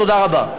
תודה רבה.